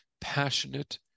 passionate